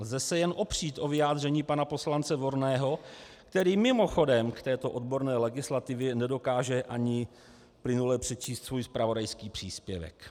Lze se jen opřít o vyjádření pana poslance Volného, který mimochodem k této odborné legislativě nedokáže ani plynule přečíst svůj zpravodajský příspěvek.